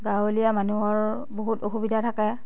গাৱলীয়া মানুহৰ বহুত অসুবিধা থাকে